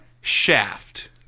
Shaft